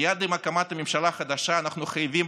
מייד עם הקמת הממשלה החדשה אנחנו חייבים